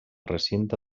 recinte